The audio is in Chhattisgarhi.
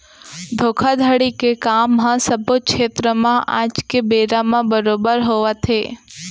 धोखाघड़ी के काम ह सब्बो छेत्र म आज के बेरा म बरोबर होवत हे